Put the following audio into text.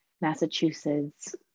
Massachusetts